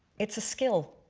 it's a skill.